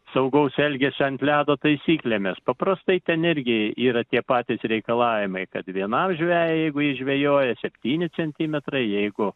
saugaus elgesio ant ledo taisyklėmis paprastai ten irgi yra tie patys reikalavimai kad vienam žvejui jeigu jis žvejoja septyni centimetrai jeigu